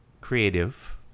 creative